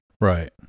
Right